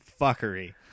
fuckery